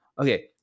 Okay